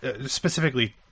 specifically